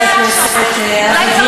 חבר הכנסת אבי דיכטר,